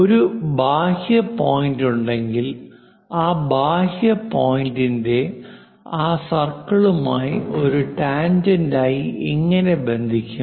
ഒരു ബാഹ്യ പോയിന്റുണ്ടെങ്കിൽ ആ ബാഹ്യ പോയിന്റിനെ ആ സർക്കിളുമായി ഒരു ടാൻജെന്റായി എങ്ങനെ ബന്ധിപ്പിക്കും